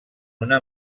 una